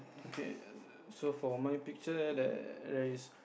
okay so for my picture there is